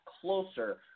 closer